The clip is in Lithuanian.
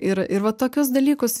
ir ir va tokius dalykus